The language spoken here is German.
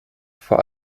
vor